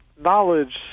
knowledge